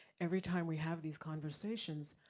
every time we have these conversations,